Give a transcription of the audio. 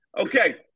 Okay